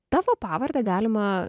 tavo pavardę galima